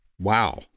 Wow